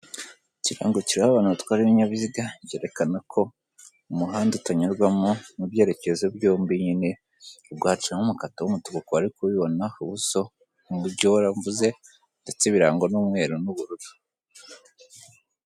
Ikirango kireba abantu batwara ibinyabiziga cyerekana ko umuhanda utanyurwamo mu byerekezo byombi, nyine ubwo haciyemo umurongo w'umutuku kubari kubibona, ibyo aho ngaho mvuze ndetse birangwa n'umweru n'ubururu.